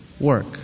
work